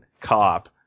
cop